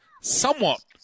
somewhat